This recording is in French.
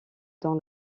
dans